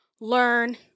learn